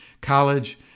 college